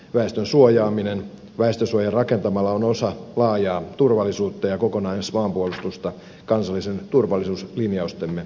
väestön suojaaminen väestösuojia rakentamalla on osa laajaa turvallisuutta ja kokonaismaanpuolustusta kansallisten turvallisuuslinjaustemme mukaisesti